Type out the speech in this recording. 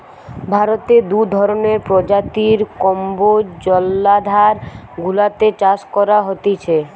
ভারতে দু ধরণের প্রজাতির কম্বোজ জলাধার গুলাতে চাষ করা হতিছে